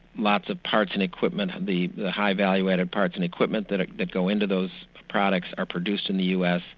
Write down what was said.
lots of parts and equipment, and the the high value-added parts and equipment that ah that go into those products are produced in the us,